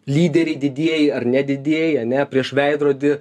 lyderiai didieji ar nedidieji ane prieš veidrodį